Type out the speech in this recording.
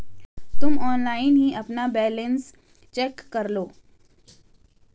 तुम ऑनलाइन ही अपना बैलन्स चेक करलो